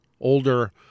older